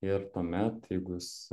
ir tuomet jeigu jūs